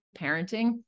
parenting